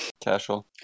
Casual